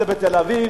זה בתל-אביב,